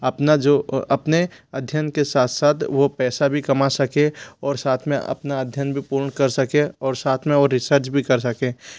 अपना जो अपने अध्ययन के साथ साथ वह पैसा भी कमा सके और साथ में अपना अध्ययन भी पूर्ण कर सके और साथ में और रिसर्च भी कर सके